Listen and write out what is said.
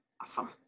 Awesome